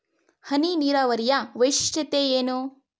ಹನಿ ನೀರಾವರಿಯ ವೈಶಿಷ್ಟ್ಯತೆ ಏನು?